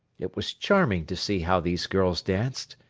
it was charming to see how these girls danced.